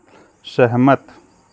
सहमत